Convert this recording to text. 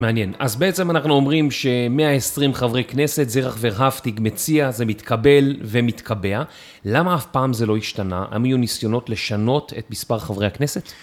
מעניין. אז בעצם אנחנו אומרים שמאה עשרים חברי כנסת, זרח ורהפטיג מציע, זה מתקבל ומתקבע. למה אף פעם זה לא השתנה? האם היו ניסיונות לשנות את מספר חברי הכנסת?